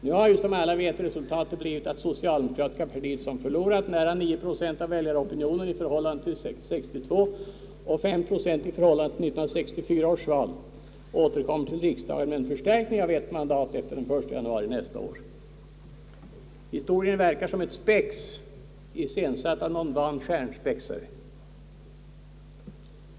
Nu har, som alla vet, resultatet blivit att det socialdemokratiska partiet, som förlorat nära I procent av väljaropinionen i förhållande till 1962 och 5 procent i förhållande till 1964 års val, återkommer till riksdagen med en förstärkning av ett mandat från den 1 januari nästa år. Historien verkar som ett Spex, iscensatt av någon van stjärnspexare.